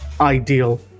ideal